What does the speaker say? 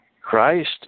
Christ